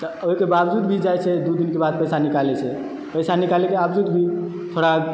तऽ ओहिके बाबजूद भी जाइत छै दू दिनके बाद पैसा निकालैत छै पैसा निकालयके बाबजूद भी थोड़ा